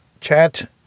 chat